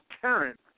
current